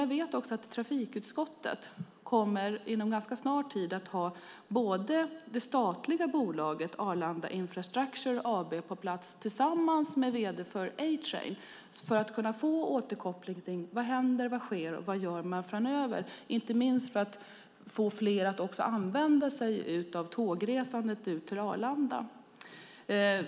Jag vet också att trafikutskottet ganska snart kommer att ha det statliga bolaget Arlanda Infrastructure AB på plats tillsammans med vd för A-Train - detta för att kunna få en återkoppling till vad som händer och sker och till vad som görs framöver, inte minst för att få fler att använda sig av tågen ut till Arlanda.